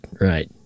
right